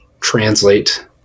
translate